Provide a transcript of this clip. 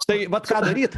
tai vat ką daryt